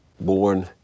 born